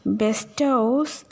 bestows